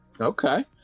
okay